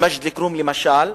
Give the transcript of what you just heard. במג'ד-אל-כרום, למשל,